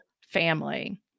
family